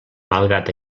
malgrat